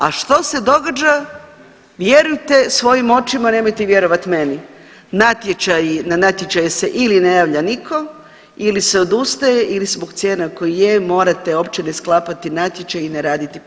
A što se događa, vjerujte svojim očima, nemojte vjerovat meni, natječaji, na natječaje se ili ne javlja niko ili se odustaje ili zbog cijena koji je morate opće ne sklapati natječaj i ne raditi posao.